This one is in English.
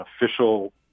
official